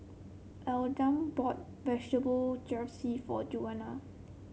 Almeda bought Vegetable Jalfrezi for Junia